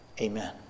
Amen